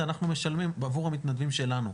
זה אנחנו משלמים בעבור המתנדבים שלנו.